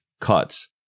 cuts